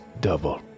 double